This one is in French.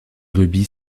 rubis